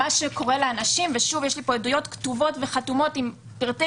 מה שקורה לאנשים ויש לי פה עדויות כתובות וחתומות עם פרטי